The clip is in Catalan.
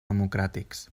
democràtics